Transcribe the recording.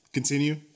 Continue